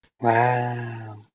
Wow